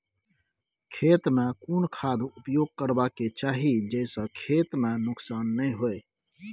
खेत में कोन खाद उपयोग करबा के चाही जे स खेत में नुकसान नैय होय?